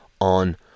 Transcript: on